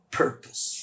purpose